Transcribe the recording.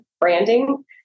branding